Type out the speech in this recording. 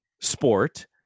sport